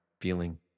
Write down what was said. feeling